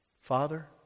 Father